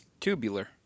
Tubular